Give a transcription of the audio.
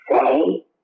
say